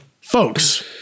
folks